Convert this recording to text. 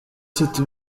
city